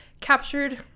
captured